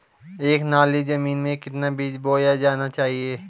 एक नाली जमीन में कितना बीज बोया जाना चाहिए?